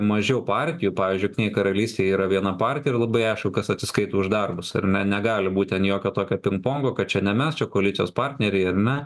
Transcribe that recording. mažiau partijų pavyzdžiui jungtinėj karalystėj yra viena partija labai aišku kas atsiskaito už darbus ar ne negali būti jokio tokio pingpongo kad čia ne mes čia koalicijos partneriai ar ne